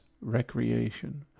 recreation